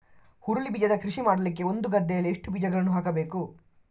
ಹುರುಳಿ ಬೀಜದ ಕೃಷಿ ಮಾಡಲಿಕ್ಕೆ ಒಂದು ಗದ್ದೆಯಲ್ಲಿ ಎಷ್ಟು ಬೀಜಗಳನ್ನು ಹಾಕಬೇಕು?